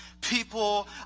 people